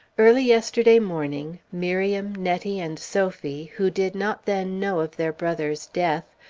early yesterday morning, miriam, nettie, and sophie, who did not then know of their brother's death,